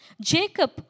Jacob